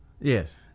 Yes